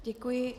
Děkuji.